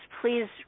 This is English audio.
please